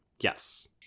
yes